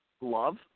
love